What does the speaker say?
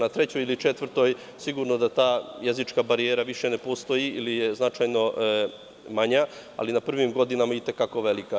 Na trećoj ili četvrtoj sigurno da ta jezička barijera više ne postoji ili je značajno manja, ali na prvim godinama je i te kako velika.